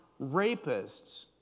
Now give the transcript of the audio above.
rapists